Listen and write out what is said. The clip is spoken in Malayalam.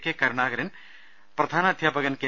കെ കരുണാകരൻ പ്രധാന അധ്യാപകൻ കെ